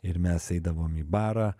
ir mes eidavom į barą